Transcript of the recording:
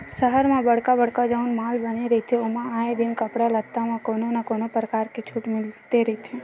सहर म बड़का बड़का जउन माल बने रहिथे ओमा आए दिन कपड़ा लत्ता म कोनो न कोनो परकार के छूट मिलते रहिथे